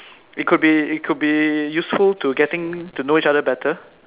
it could be it could be useful to getting to know each other better